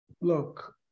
look